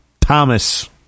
Thomas